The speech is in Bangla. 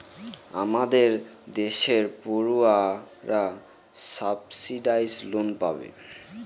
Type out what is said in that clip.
আমাদের দেশের পড়ুয়ারা সাবসিডাইস লোন পাবে